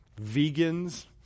vegans